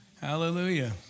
Hallelujah